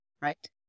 right